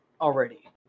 already